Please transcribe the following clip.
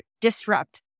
disrupt